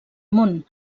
món